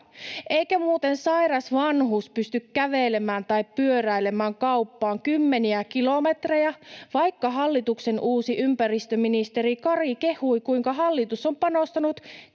eikä muuten sairas vanhus pysty kävelemään tai pyöräilemään kauppaan kymmeniä kilometrejä, vaikka hallituksen uusi ympäristöministeri Kari kehui, kuinka hallitus on panostanut kävelyyn